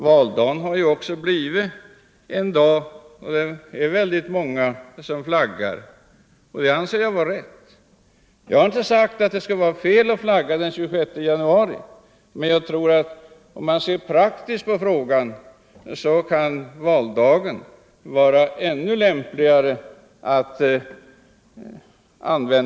Valdagen har också blivit en dag då väldigt många flaggar, och det anser jag vara rätt. Jag har därmed inte sagt att det skulle vara fel att flagga den 26 januari, men om man ser praktiskt på frågan kan valdagen vara ännu lämpligare.